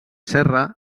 serra